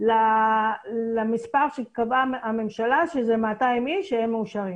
למספר שקבעה הממשלה שזה 2,000 אנשים מאושרים.